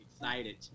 excited